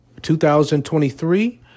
2023